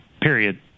Period